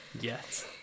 Yes